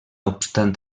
obstant